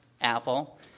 Apple